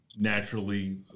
naturally